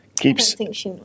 Keeps